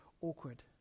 awkward